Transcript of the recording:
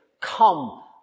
come